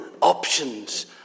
options